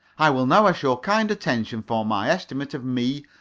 i will now ask your kind attention for my estimate of me,